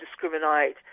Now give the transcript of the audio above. discriminate